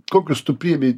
kokius tu piėmei